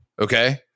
Okay